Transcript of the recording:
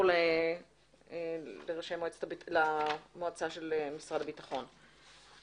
נעבור למועצה של משרד הביטחון.